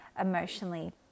emotionally